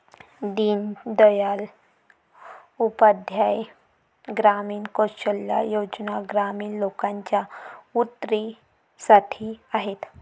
दीन दयाल उपाध्याय ग्रामीण कौशल्या योजना ग्रामीण लोकांच्या उन्नतीसाठी आहेत